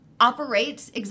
operates